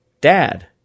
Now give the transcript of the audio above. Dad